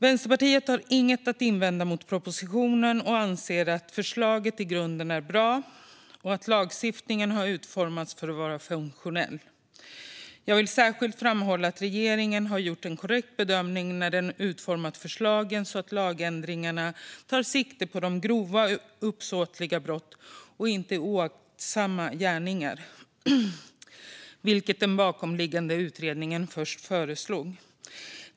Vänsterpartiet har inget att invända mot propositionen och anser att förslaget i grunden är bra och att lagstiftningen har utformats för att vara funktionell. Jag vill särskilt framhålla att regeringen har gjort en korrekt bedömning när den har utformat förslagen, så att lagändringarna tar sikte på grova, uppsåtliga brott och inte på oaktsamma gärningar, vilket den bakomliggande utredningen först föreslog.